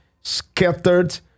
scattered